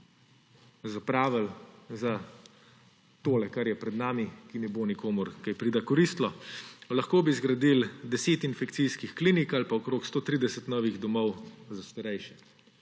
zapravili za tole, kar je pred nami, ki ne bo nikomur kaj prida koristilo. Lahko bi zgradili 10 infekcijskih klinik ali pa okoli 130 novih domov za starejše.